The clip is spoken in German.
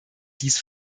dies